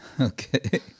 Okay